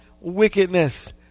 wickedness